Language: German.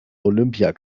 olympia